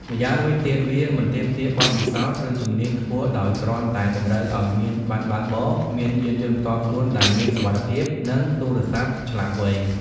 ម្យ៉ាងវិញទៀត វាមិនទាមទារបទពិសោធន៍ ឬជំនាញខ្ពស់ដោយគ្រាន់តែតម្រូវឲ្យមានប័ណ្ណបើកបរ មានយានយន្តផ្ទាល់ខ្លួនដែលមានសុវត្ថិភាព និងទូរស័ព្ទឆ្លាតវៃ។